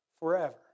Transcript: Forever